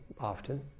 often